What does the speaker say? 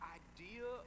idea